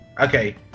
okay